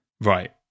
right